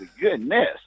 goodness